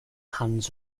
hands